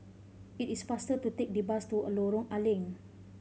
it is faster to take the bus to Lorong A Leng